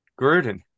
Gruden